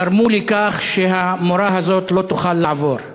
גרמו לכך שהמורה הזאת לא תוכל לעבור.